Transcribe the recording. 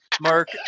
Mark